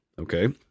okay